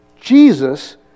Jesus